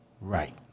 Right